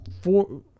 four